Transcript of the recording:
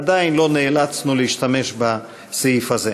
עדיין לא נאלצנו להשתמש בסעיף הזה.